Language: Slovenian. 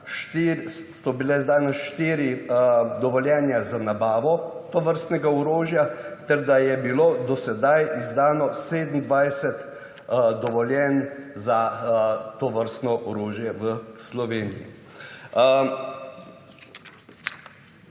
4 dovoljenja za nabavo tovrstnega orožja, ter da je bilo do sedaj izdano 27 dovoljenj za tovrstno orožje v Sloveniji.